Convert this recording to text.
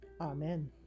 Amen